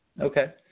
Okay